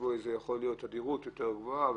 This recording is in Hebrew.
יכולה להיות בהם תדירות יותר גבוהה.